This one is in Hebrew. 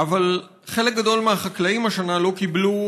אבל חלק גדול מהחקלאים לא קיבלו